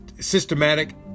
systematic